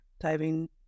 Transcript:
diving